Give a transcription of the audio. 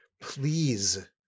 Please